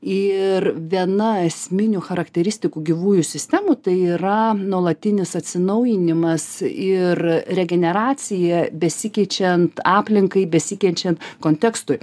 ir viena esminių charakteristikų gyvųjų sistemų tai yra nuolatinis atsinaujinimas ir regeneracija besikeičiant aplinkai besikeičiant kontekstui